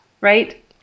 right